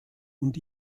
und